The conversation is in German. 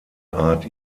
art